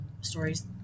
stories